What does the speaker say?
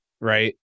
right